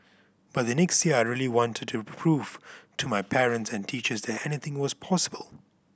but the next year I really wanted to prove to my parents and teachers that anything was possible